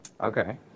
Okay